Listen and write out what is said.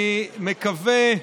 אני מקווה,